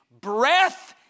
Breath